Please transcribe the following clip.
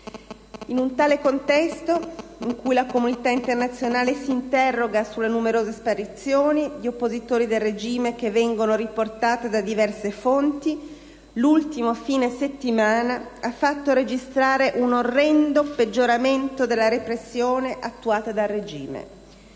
In un tale contesto, in cui la comunità internazionale si interroga sulle numerose sparizioni di oppositori del regime che vengono riportate da diverse fonti, l'ultimo fine settimana ha fatto registrare un orrendo peggioramento della repressione attuata dal regime.